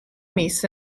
mis